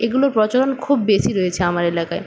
এগুলোর প্রচলন খুব বেশি রয়েছে আমার এলাকায়